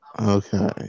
okay